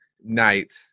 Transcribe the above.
night